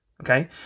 Okay